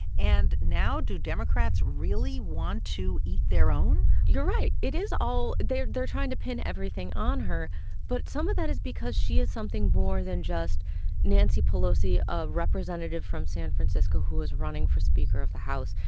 and now do democrats really want to eat their own? you're right. it is all they're they're trying to pin everything on her but some of that is because she is something more than just nancy pelosi, a representative from san francisco who is running for speaker of the house.